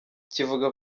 kivuga